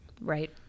right